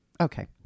Okay